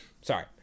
sorry